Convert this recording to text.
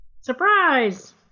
Surprise